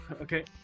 Okay